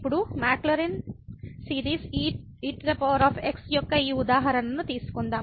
ఇప్పుడు Maclaurin series ex యొక్క ఈ ఉదాహరణను తీసుకుందాం